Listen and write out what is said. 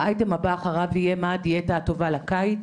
האייטם הבא אחריו יהיה מהי הדיאטה הטובה לקיץ,